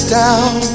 down